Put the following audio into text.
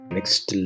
Next